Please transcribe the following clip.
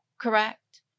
correct